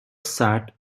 sat